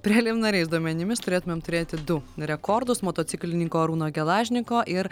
preliminariais duomenimis turėtumėm turėti du rekordus motociklininko arūno gelažninko ir